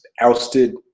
ousted